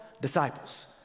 disciples